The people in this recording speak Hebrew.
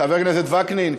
חבר הכנסת וקנין,